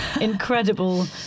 incredible